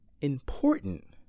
important